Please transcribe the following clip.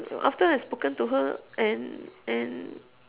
after I spoken to her and and